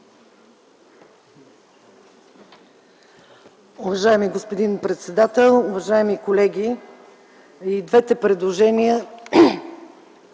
Уважаеми господин председател, уважаеми колеги! И двете предложения